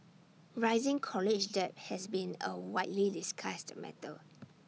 rising college debt has been A widely discussed matter